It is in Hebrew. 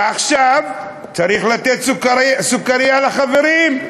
ועכשיו צריך לתת סוכרייה לחברים,